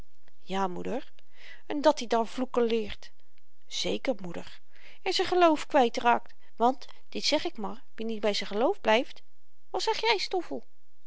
ja moeder en dat-i daar vloeken leert zeker moeder en z'n geloof kwyt raakt want dit zeg ik maar wie niet by z'n geloof blyft wat zeg jy stoffel